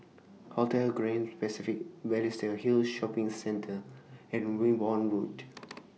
Hotel Grand Pacific Balestier Hill Shopping Center and Wimborne Road